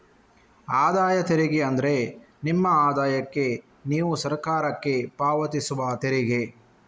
ಆದಾಯ ತೆರಿಗೆ ಅಂದ್ರೆ ನಿಮ್ಮ ಆದಾಯಕ್ಕೆ ನೀವು ಸರಕಾರಕ್ಕೆ ಪಾವತಿಸುವ ತೆರಿಗೆ